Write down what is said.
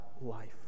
life